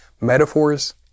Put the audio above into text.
Metaphors